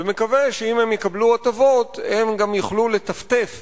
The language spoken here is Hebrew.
ומקווה שאם הם יקבלו הטבות הם גם יוכלו לטפטף